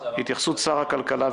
את התייחסות שר הכלכלה,